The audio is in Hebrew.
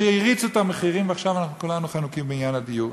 שהריצו את המחירים ועכשיו כולנו חנוקים בעניין הדיור.